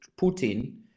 Putin